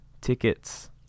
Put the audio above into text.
Tickets